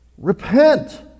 Repent